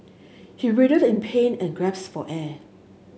he writhed in pain and gasped for air